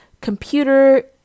computer